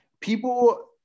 people